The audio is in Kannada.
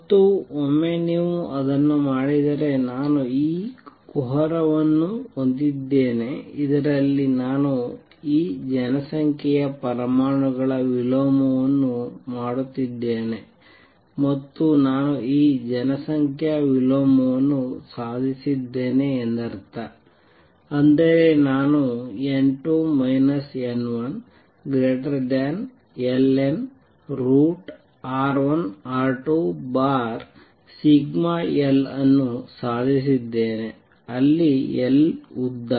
ಮತ್ತು ಒಮ್ಮೆ ನೀವು ಅದನ್ನು ಮಾಡಿದರೆ ನಾನು ಈ ಕುಹರವನ್ನು ಹೊಂದಿದ್ದೇನೆ ಇದರಲ್ಲಿ ನಾನು ಈ ಜನಸಂಖ್ಯೆಯ ಪರಮಾಣುಗಳ ವಿಲೋಮವನ್ನು ಮಾಡುತ್ತಿದ್ದೇನೆ ಮತ್ತು ನಾನು ಈ ಜನಸಂಖ್ಯಾ ವಿಲೋಮವನ್ನು ಸಾಧಿಸಿದ್ದೇನೆ ಎಂದರ್ಥ ಅಂದರೆ ನಾನು n2 n1ln√σL ಅನ್ನು ಸಾಧಿಸಿದ್ದೇನೆ ಅಲ್ಲಿ L ಉದ್ದ